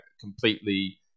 completely